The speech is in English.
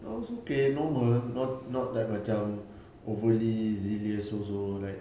ah it was okay normal not not that macam overly zealous also like